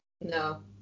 No